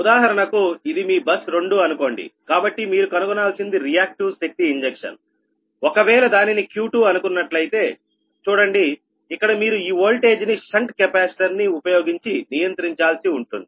ఉదాహరణకు ఇది మీ బస్ 2 అనుకోండి కాబట్టి మీరు కనుగొనాల్సింది రియాక్టివ్ శక్తి ఇంజక్షన్ ఒకవేళ దానిని Q2అనుకున్నట్లయితే చూడండి ఇక్కడ మీరు ఈ వోల్టేజ్ ని షంట్ కెపాసిటర్ ని ఉపయోగించి నియంత్రించాల్సి ఉంటుంది